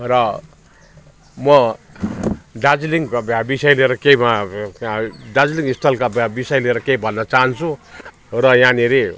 र म दार्जिलिङ ब्या बिषय लिएर केही म दार्जिलिङ स्थलका ब्या बिषय लिएर केही भन्न चाहन्छु र यहाँनेरि